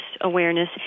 awareness